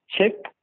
chip